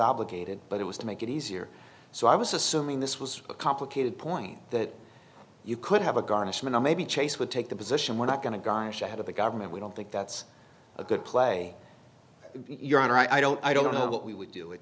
obligated but it was to make it easier so i was assuming this was a complicated point that you could have a garnishment or maybe chase would take the position we're not going to gosh ahead of the government we don't think that's a good play your honor i don't i don't know what we would do it